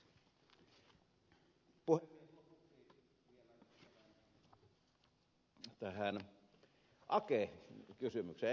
lopuksi vielä tähän ake kysymykseen